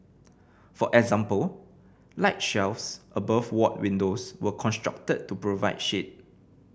for example light shelves above ward windows were constructed to provide shade